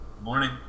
Morning